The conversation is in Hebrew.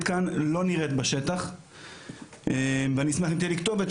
כאן לא נראית בשטח ואני אשמח אם תהיה לי כתובת,